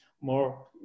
more